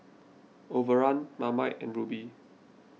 Overrun Marmite and Rubi